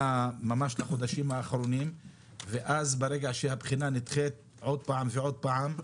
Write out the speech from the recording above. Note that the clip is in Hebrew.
ממש לחודשים האחרונים ואז ברגע שהבחינה נדחית עוד פעם ועוד פעם,